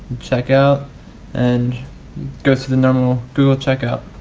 checkout and go through the normal google checkout.